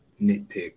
nitpick